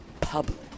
public